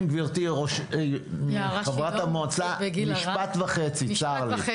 כן, גברתי, חברת המועצה, משפט וחצי, צר לי.